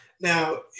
Now